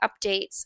updates